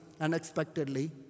unexpectedly